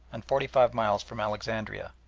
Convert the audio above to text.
and forty-five miles from alexandria.